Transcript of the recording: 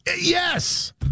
Yes